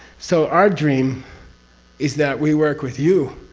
so, our dream is that we work with you,